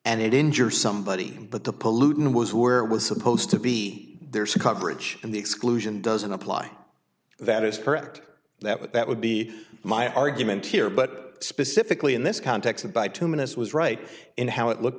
and it injure somebody but the pollutant was where it was supposed to be there's coverage and the exclusion doesn't apply that is correct that what that would be my argument here but specifically in this context by two minutes was right in how it looked